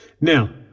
now